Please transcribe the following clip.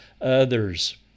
others